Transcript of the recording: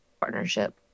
partnership